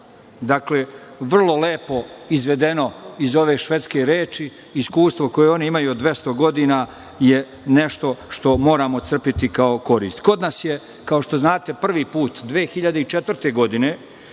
Dakle, vrlo lepo izvedeno iz ove švedske reči. Iskustvo koje oni imaju od 200 godina je nešto što moramo crpeti kao korist. Kod nas je, kao što znate, prvi put 2004. godine